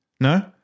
No